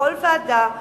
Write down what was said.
בכל ועדה,